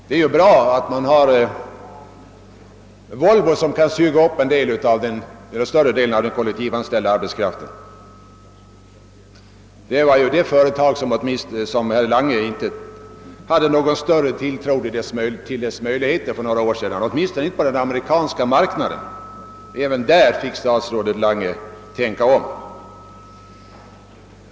Det är bra att man nu har Volvo som kan suga upp större delen av den kollektivanställda arbetskraften. Herr Lange hade ju inte någon större tilltro till detta företags möjligheter för några år sedan, åtminstone inte på den amerikanska marknaden. Även därvidlag fick statsrådet Lange tänka om.